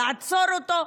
לעצור אותו,